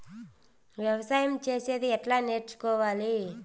వ్యవసాయం చేసేది ఎట్లా నేర్చుకోవాలి?